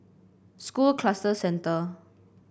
School Cluster Centre